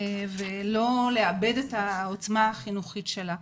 ולא לאבד את העוצמה החינוכית שלה.